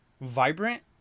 vibrant